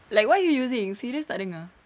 like why you using serious tak dengar